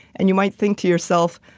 and you might think to yourself,